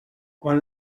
quan